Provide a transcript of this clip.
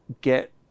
get